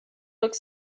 look